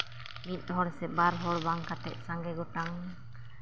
ᱢᱤᱫ ᱦᱚᱲ ᱥᱮ ᱵᱟᱨ ᱦᱚᱲ ᱵᱟᱝ ᱠᱟᱛᱮᱫ ᱥᱟᱸᱜᱮ ᱜᱚᱴᱟᱝ